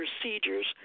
procedures